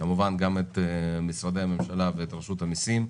כמובן גם את משרדי הממשלה ואת רשות המיסים,